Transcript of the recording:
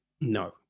no